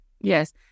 Yes